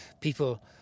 people